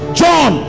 john